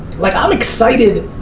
like i'm excited,